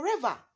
forever